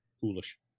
Foolish